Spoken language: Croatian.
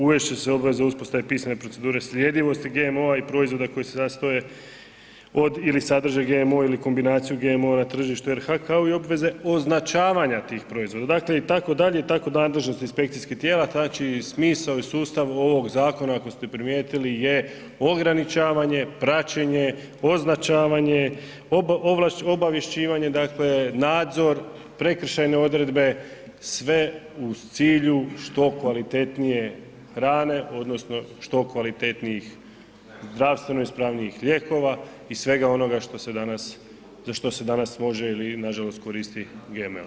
Uvesti će se obaveza uspostave pisane procedure sljedivosti GMO-a i proizvoda koji se sastoje od ili sadržaja GMO ili kombinaciju GMO-a na tržištu RH kao i obveze označavanja tih proizvoda, dakle itd. i tako nadležnosti inspekcijskih tijela znači smisao i sustav ovog zakona ako ste primijetili je ograničavanje, praćenje, označavanje, obavješćivanje dakle nadzor, prekršajne odredbe sve u cilju što kvalitetnije hrane odnosno što kvalitetnijih zdravstveno ispravnijih lijekova i svega onoga što se danas, za što se danas može ili nažalost koristi GMO.